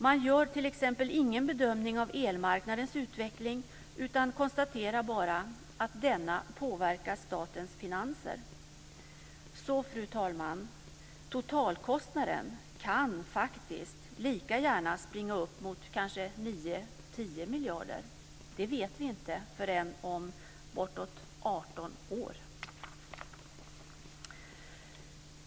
Man gör t.ex. ingen bedömning av elmarknadens utveckling utan konstaterar bara att denna påverkar statens finanser. Därför, fru talman, kan totalkostnaden faktiskt lika gärna springa upp mot kanske nio, tio miljarder. Det vet vi inte förrän om bortåt 18 år.